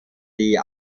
die